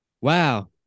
Wow